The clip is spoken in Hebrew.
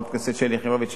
חברת הכנסת שלי יחימוביץ,